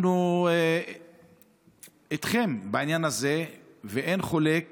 אנחנו איתכם בעניין הזה, ואין חולק